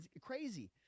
crazy